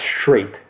straight